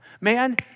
Man